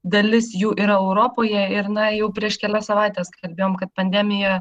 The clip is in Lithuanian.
dalis jų yra europoje ir na jau prieš kelias savaites kalbėjom kad pandemija